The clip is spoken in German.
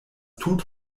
tut